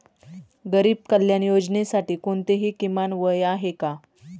गरीब कल्याण योजनेसाठी कोणतेही किमान वय आहे का?